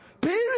Period